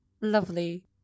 lovely